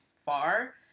far